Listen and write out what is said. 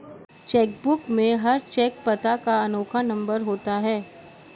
check book में हर cheque पता का अनोखा नंबर होता है